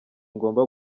ngomba